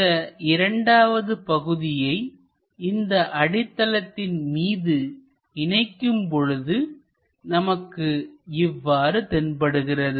இந்த இரண்டாவது பகுதியை இந்த அடித்தளத்தின் மீது இணைக்கும் பொழுது நமக்கு இவ்வாறு தென்படுகிறது